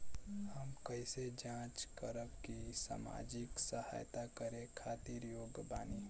हम कइसे जांच करब की सामाजिक सहायता करे खातिर योग्य बानी?